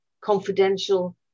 confidential